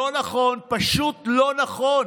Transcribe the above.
לא נכון, פשוט לא נכון.